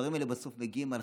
שהדברים האלה בסוף מגיעים על